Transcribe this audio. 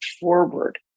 forward